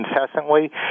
incessantly